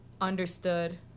understood